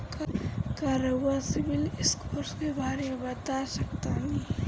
का रउआ CIBIL score के बारे में बता सकतानी?